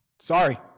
sorry